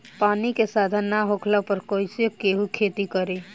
पानी के साधन ना होखला पर कईसे केहू खेती करी